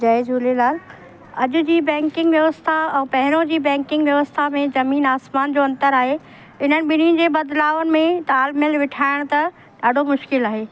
जय झूलेलाल अॼ जी बैंकिंग व्यवस्था ऐं पहिरों जी बैंकिंग व्यवस्था में जमीन आसमान जो अंतर आहे इन्हनि ॿिन्ही जे बदिलाउ में ताल मेल वेठाइण त ॾाढो मुश्किलु आहे